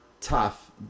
tough